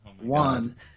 One